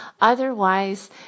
Otherwise